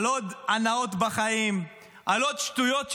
על עוד הנאות בחיים, על עוד שטויות שלכם.